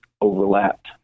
overlapped